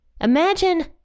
Imagine